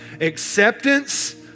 Acceptance